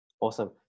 Awesome